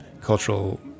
cultural